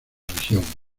región